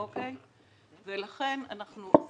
ולכן אנחנו הורדנו